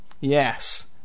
Yes